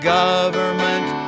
government